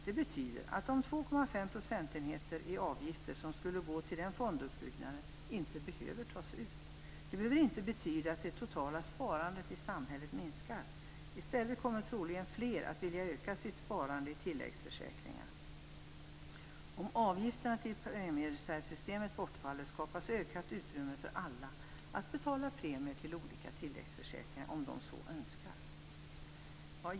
Det betyder att de 2,5 procentenheter i avgifter som skulle gå till den fonduppbyggnaden inte behöver tas ut. Det behöver inte betyda att det totala sparandet i samhället minskar. I stället kommer troligen fler att vilja öka sitt sparande i tilläggsförsäkringar. Om avgifterna till premiereservssystemet bortfaller skapas ökat utrymme för alla att betala premier till olika tillägsförsäkringar om de så önskar.